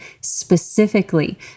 specifically